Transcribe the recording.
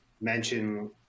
mention